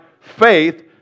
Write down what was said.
faith